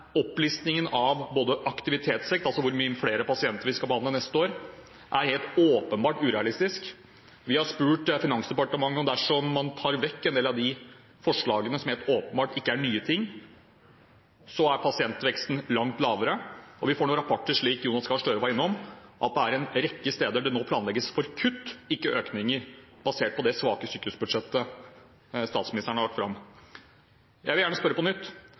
opplistingen av aktivitetsvekst, altså hvor mange flere pasienter vi skal behandle neste år, er helt åpenbart urealistisk. Vi har spurt Finansdepartementet, og dersom man tar vekk en del av de forslagene som helt åpenbart ikke er nye ting, er pasientveksten langt lavere. Vi får nå rapporter om, slik Jonas Gahr Støre var innom, at det en rekke steder nå planlegges for kutt, ikke økninger, basert på det svake sykehusbudsjettet statsministeren har lagt fram. Jeg vil gjerne spørre – på nytt: